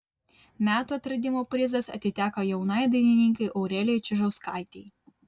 metų atradimo prizas atiteko jaunai dainininkei aurelijai čižauskaitei